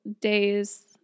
days